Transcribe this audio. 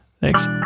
thanks